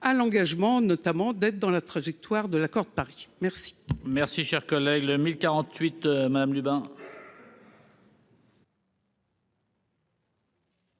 à l'engagement, notamment d'être dans la trajectoire de l'accord de Paris merci.